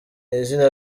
izina